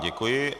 Děkuji.